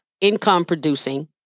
income-producing